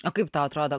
o kaip tau atrodo